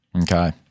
Okay